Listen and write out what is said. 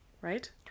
right